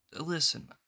listen